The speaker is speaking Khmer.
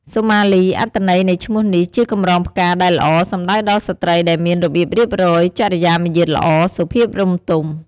សុមាលី អត្ថន័យនៃឈ្មោះនេះជាកម្រងផ្កាដែលល្អ សំដៅដល់ស្រ្តីដែលមានរបៀបរៀបរយ ចរិយាមាយាទល្អ សុភាពរម្យទម។